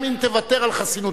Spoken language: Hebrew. גם אם תוותר על חסינותך,